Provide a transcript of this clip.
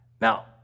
Now